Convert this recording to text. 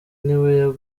niwe